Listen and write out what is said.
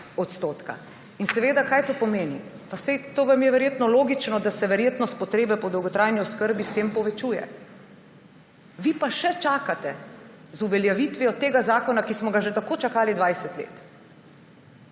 povečal na 11,4 %. Kaj to pomeni? Pa saj vam je to verjetno logično, da se verjetnost potrebe po dolgotrajni oskrbi s tem povečuje. Vi pa še čakate z uveljavitvijo tega zakona, ki smo ga že tako čakali 20 let!